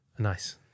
Nice